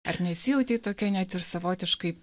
ar nesijautei tokia net ir savotiškai